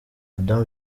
madamu